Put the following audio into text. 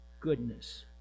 goodness